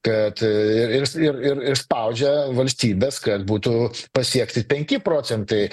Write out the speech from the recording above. kad ir ir ir ir spaudžia valstybes kad būtų pasiekti penki procentai